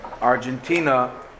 Argentina